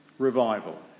revival